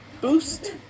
boost